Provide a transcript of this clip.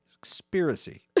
conspiracy